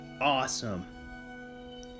awesome